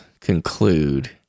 conclude